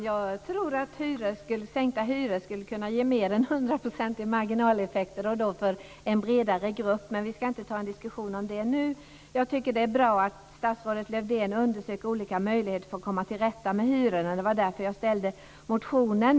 Fru talman! Jag tror att sänkta hyror skulle kunna ge mer än hundraprocentiga margnaleffekter och då för en bredare grupp. Men vi skall inte ta en diskussion om detta nu. Jag tycker att det är bra att statsrådet Lövdén undersöker olika möjligheter att komma till rätta med hyrorna, som var anledningen till att jag ställde interpellationen.